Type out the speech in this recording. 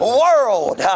world